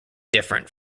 different